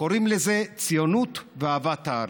קוראים לזה ציונות ואהבת הארץ.